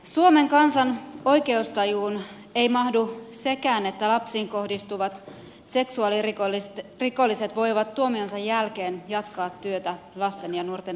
suomen kansan oikeustajuun ei mahdu sekään että lapsiin tekonsa kohdistavat seksuaalirikolliset voivat tuomionsa jälkeen jatkaa työtä lasten ja nuorten parissa